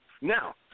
Now